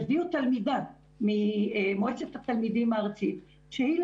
הביאו תלמידה ממועצת התלמידים הארצית שהיא עם